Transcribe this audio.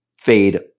fade